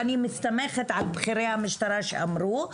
ואני מסתמכת על בכירי המשטרה שאמרו,